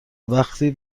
وقتی